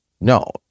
No